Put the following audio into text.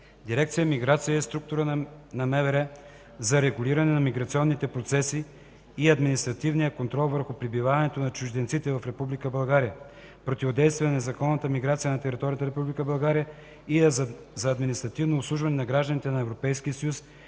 Дирекция „Миграция” е структура на МВР за регулиране на миграционните процеси и административния контрол върху пребиваването на чужденците в Република България, противодействие на незаконната миграция на територията на Република България, и за административно обслужване на гражданите на Европейския съюз,